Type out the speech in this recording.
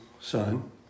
son